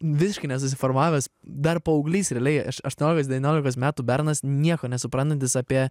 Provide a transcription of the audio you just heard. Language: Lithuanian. visiškai nesusiformavęs dar paauglys realiai aš aštuoniolikos devyniolikos metų bernas nieko nesuprantantis apie